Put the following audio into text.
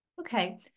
okay